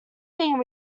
being